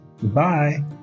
Goodbye